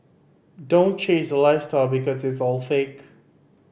don't chase the lifestyle because it's all fake